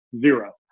zero